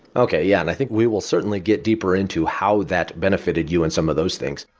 okay. yeah, and i think we will certainly get deeper into how that benefited you and some of those things.